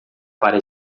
para